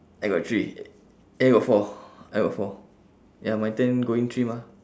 I got three eh got four I got four ya my turn going three mah